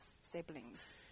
siblings